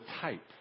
type